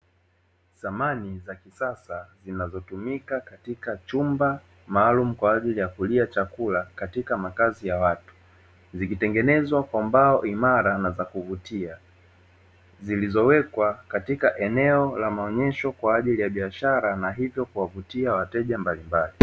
Samani za kisasa zinazotumika katika chumba maalumu kwa ajili ya kulia chakula katika makazi ya watu. Zikitengenezwa kwa mbao imara na za kuvutia zilizowekwa katika eneo la maonyesho kwa ajili ya biashara na hivyo kuwavutia wateja mbalimbali.